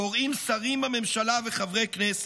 קוראים שרים בממשלה וחברי כנסת,